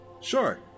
Sure